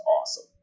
awesome